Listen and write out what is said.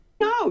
No